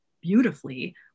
beautifully